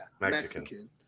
Mexican